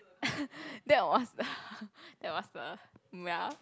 that was the that was the mm ya